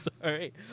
sorry